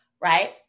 right